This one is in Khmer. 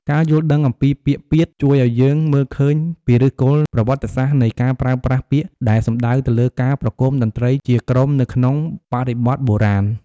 ការយល់ដឹងពីពាក្យ "ពាទ្យ" ជួយឱ្យយើងមើលឃើញពីឫសគល់ប្រវត្តិសាស្ត្រនៃការប្រើប្រាស់ពាក្យដែលសំដៅទៅលើការប្រគំតន្ត្រីជាក្រុមនៅក្នុងបរិបទបុរាណ។